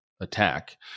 attack